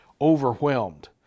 overwhelmed